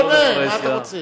הוא עונה, מה אתה רוצה?